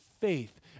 faith